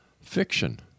fiction